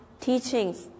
teachings